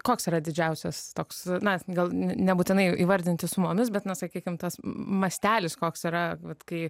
koks yra didžiausias toks na gal n nebūtinai įvardinti su mumis bet na sakykim tas m mastelis koks yra vat kai